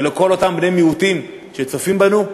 ולכל אותם בני מיעוטים שצופים בנו: